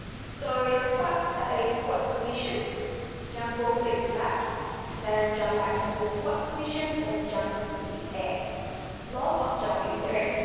so start at a squat position jump both legs back then jump back into the squat position and jump into the air lots of jumping here,